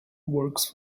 works